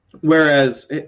Whereas